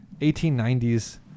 1890s